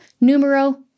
numero